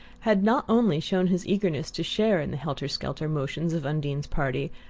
had not only shown his eagerness to share in the helter-skelter motions of undine's party,